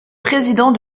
président